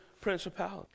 principality